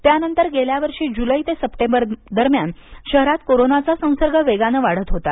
त्यानंतर गेल्या वर्षी जुलै ते सप्टेंबर दरम्यान शहरात कोरोनाचा संसर्ग वेगानं वाढत होता